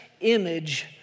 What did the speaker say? image